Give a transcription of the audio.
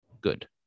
good